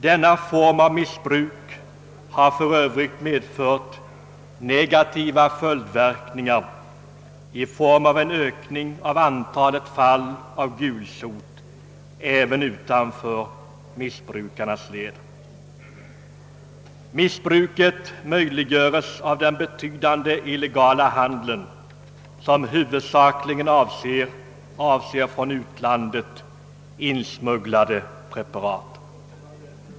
Denna form av missbruk har för övrigt medfört negativa följdverkningar också i form av en ökning av antalet fall av gulsot, även utan: för missbrukarnas led. Missbruket möjliggöres av den betydande illegala handeln med narkotika, som huvudsakligen avser från utlandet insmugglade preparat.